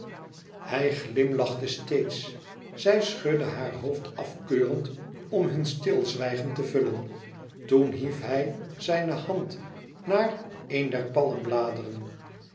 hij glimlachte steeds zij schudde haar hoofd afkeurend om hun stilzwijgen te vullen toen hief hij zijne hand naar een